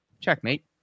Checkmate